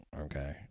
Okay